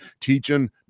teaching